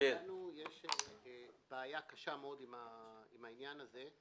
לנו יש בעיה קשה מאוד עם העניין הזה.